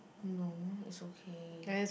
no it's okay